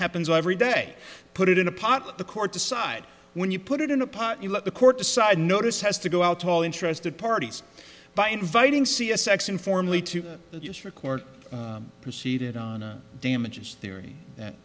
happens every day put it in a pot the court decide when you put it in a pot you let the court decide notice has to go out all interested parties by inviting see a sex informally to use for court proceeding damages theory that